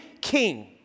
king